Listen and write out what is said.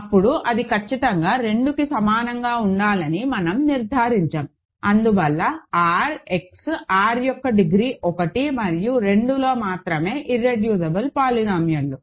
అప్పుడు అది ఖచ్చితంగా 2కి సమానంగా ఉండాలని మనం నిర్ధారించాము అందువల్ల R X R యొక్క డిగ్రీ 1 మరియు 2లో మాత్రమే ఇర్రెడ్యూసిబుల్ పోలినామియల్లు